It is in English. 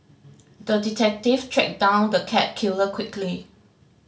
the detective tracked down the cat killer quickly